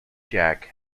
jack